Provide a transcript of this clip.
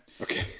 Okay